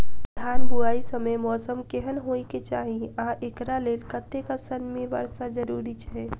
धान बुआई समय मौसम केहन होइ केँ चाहि आ एकरा लेल कतेक सँ मी वर्षा जरूरी छै?